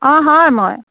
অঁ হয় মই